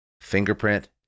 fingerprint